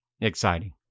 exciting